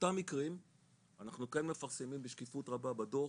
אותם מקרים אנחנו כן מפרסמים בשקיפות רבה בדוח,